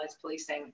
policing